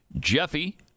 Jeffy